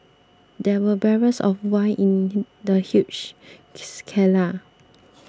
there were barrels of wine in the huge